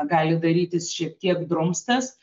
gali darytis šiek tiek drumstas